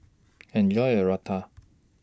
Enjoy your Raita